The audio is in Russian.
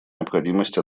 необходимость